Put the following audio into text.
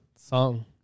Song